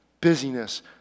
busyness